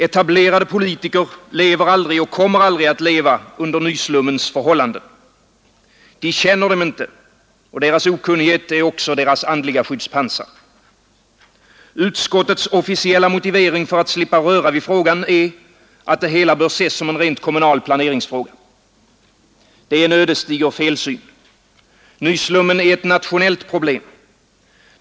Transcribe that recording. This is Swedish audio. Etablerade politiker lever aldrig och kommer aldrig att leva under nyslummens förhållanden. De känner dem inte och deras okunnighet är också deras andliga skyddspansar. Utskottets officiella motivering för att slippa röra vid frågan är att det hela bör ses som en rent kommunal planeringsfråga. Det är en ödesdiger felsyn. Nyslummen är ett nationellt problem.